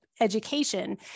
education